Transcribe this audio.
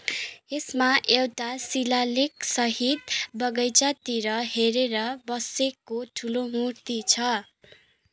यसमा एउटा शिलालेखसहित बगैँचातिर हेरेर बसेको ठुलो मूर्ति छ